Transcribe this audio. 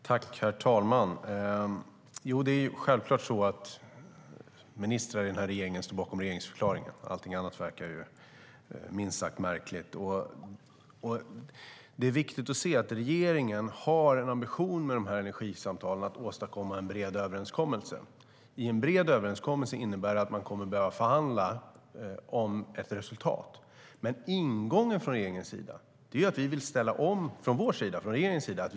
Herr talman! Det är självklart så att ministrar i regeringen står bakom regeringsförklaringen. Allting annat skulle vara minst sagt märkligt. Det är viktigt att se att regeringen har en ambition med energisamtalen: att åstadkomma en bred överenskommelse. En bred överenskommelse innebär att man kommer att behöva förhandla om ett resultat. Ingången från regeringens sida är att vi vill ställa om.